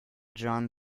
jeanne